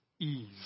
ease